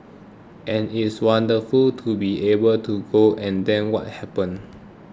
and it's wonderful to be able to go and then what happened